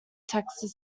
texas